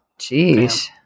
Jeez